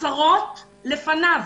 אבל יש עשרות לפניו.